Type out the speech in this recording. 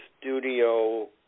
studio